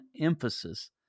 emphasis